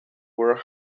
were